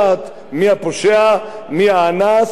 מי האנס או מי השודד.